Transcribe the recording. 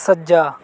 ਸੱਜਾ